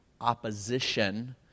opposition